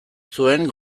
zuen